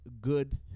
good